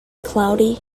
cloudy